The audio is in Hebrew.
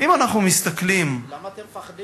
אם אנחנו מסתכלים, למה אתם מפחדים?